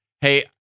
hey